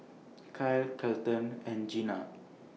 Kylee Kelton and Gena